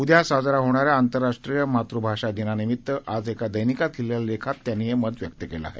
उद्या साजरा होणाऱ्या आंतरराष्ट्रीय मातृभाषा दिनानिमित्त आज एका दैनिकात लिहिलेल्या लेखात त्यांनी हे मत व्यक्त केलं आहे